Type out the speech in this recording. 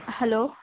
hello